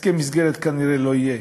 הסכם מסגרת כנראה לא יהיה.